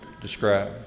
describe